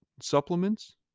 Supplements